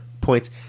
points